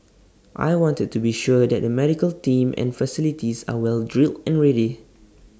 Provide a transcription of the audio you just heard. I wanted to be sure that the medical team and facilities are well drilled and ready